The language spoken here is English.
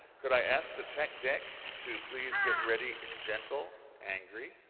could i ask the tech deck to please get ready and gentle angry?